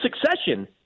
succession